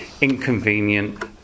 inconvenient